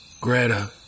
Greta